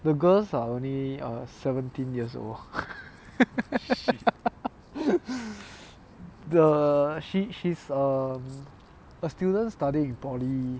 the girls are only err seventeen years old the she she's um a student studying in polytechnic